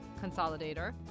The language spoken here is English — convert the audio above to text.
consolidator